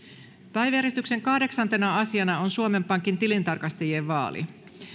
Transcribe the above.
päiväjärjestyksen kahdeksantena asiana on suomen pankin tilintarkastajien vaali